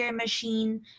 machine